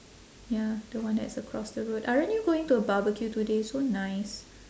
ya the one that's across the road aren't you going to a barbecue today so nice